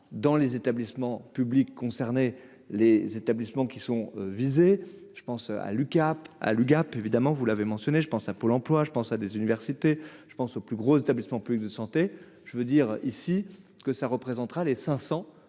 dans les établissements publics concernés les établissements qui sont visés, je pense à Lucas à l'UGAP, évidemment, vous l'avez mentionné, je pense à Pôle emploi, je pense à des universités, je pense au plus gros établissements publics de santé, je veux dire ici que ça représentera les 500